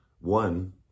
One